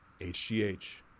HGH